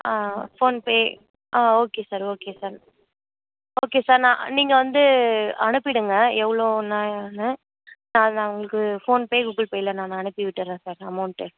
ஆ PhonePe ஆ okay sir okay sir okay sir நான் நீங்கள் வந்து அனுப்பிவிடுங்க எவ்வளோன்னுன்னு ஆ நான் உங்களுக்கு ஃபோன் பே கூகுள் பேவில நான் அனுப்பி விட்டறேன் சார் அமௌண்ட்டு